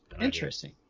Interesting